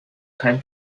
kein